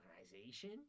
organization